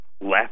left